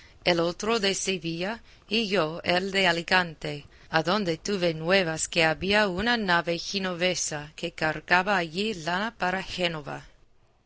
el otro de sevilla y yo el de alicante adonde tuve nuevas que había una nave ginovesa que cargaba allí lana para génova